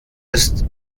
ist